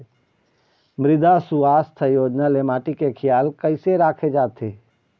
मृदा सुवास्थ योजना ले माटी के खियाल कइसे राखे जाथे?